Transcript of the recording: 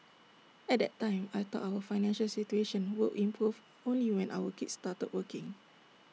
at that time I thought our financial situation would improve only when our kids started working